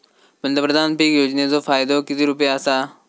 पंतप्रधान पीक योजनेचो फायदो किती रुपये आसा?